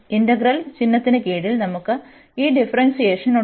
integral ചിഹ്നത്തിന് കീഴിൽ നമുക്ക് ഈ ഡിഫറെന്സിയേഷനുണ്ട്